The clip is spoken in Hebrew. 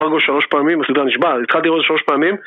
אמרנו שלוש פעמים, הסדרה נשבע, התחלתי לראות את זה שלוש פעמים